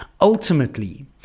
Ultimately